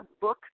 book